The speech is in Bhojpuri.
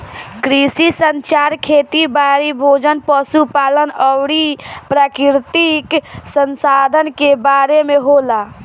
कृषि संचार खेती बारी, भोजन, पशु पालन अउरी प्राकृतिक संसधान के बारे में होला